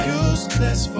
useless